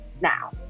now